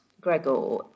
Gregor